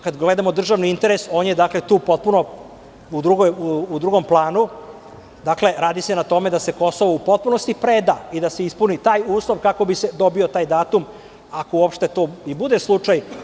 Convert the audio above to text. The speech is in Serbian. Kada gledamo državni interes on je tu u drugom planu, radi se na tome da se Kosovo u potpunosti preda i da se ispuni taj uslov kako bi se dobio taj datum, ako to uopšte bude slučaj.